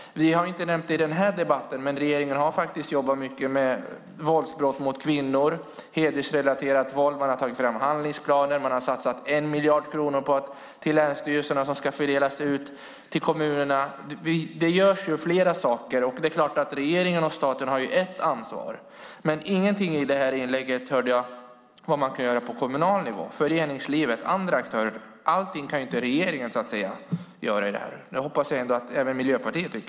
Vi har inte nämnt det i den här debatten, men regeringen har faktiskt jobbat mycket med våldsbrott mot kvinnor och hedersrelaterat våld. Man har tagit fram handlingsplaner. Man har anslagit en miljard kronor till länsstyrelserna som ska fördelas ut till kommunerna. Det görs alltså flera saker. Det är klart att regeringen och staten har ansvar. Men jag hörde inget i inlägget om vad man kan göra på kommunal nivå, vad föreningslivet och andra aktörer kan göra. Allt kan ju inte regeringen göra. Det hoppas jag att även Miljöpartiet tycker.